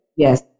Yes